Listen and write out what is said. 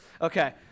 Okay